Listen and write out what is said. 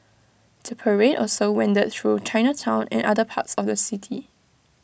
the parade also wended through Chinatown and other parts of the city